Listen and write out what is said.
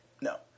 No